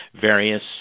various